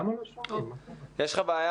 אין לנו קשרים